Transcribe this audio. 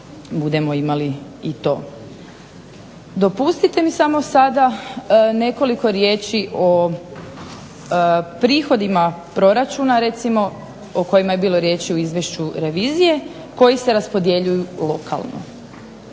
budemo imali i to. Dopustite mi samo sada nekoliko riječi o prihodima proračuna o kojima je bilo riječi u izvješću revizije koji se raspodjeljuju lokalno.